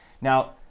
Now